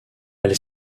elle